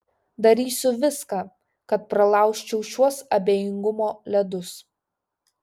darysiu viską kad pralaužčiau šiuos abejingumo ledus